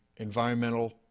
Environmental